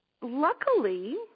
luckily